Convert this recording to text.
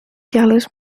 carlos